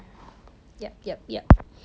oh so they can drive ah is it